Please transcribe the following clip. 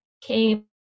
came